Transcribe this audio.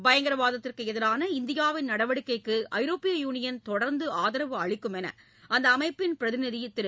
பயங்கரவாதத்திற்கு எதிரான இந்தியாவின் நடவடிக்கைக்கு ஐரோப்பிய யூனியன் தொடர்ந்து ஆதரவு அளிக்குமென்று அந்த அமைப்பின் பிரதிநிதி திரு